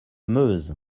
meuse